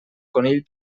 conill